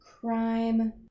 crime